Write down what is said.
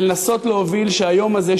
ולנסות להוביל שהיום הזה,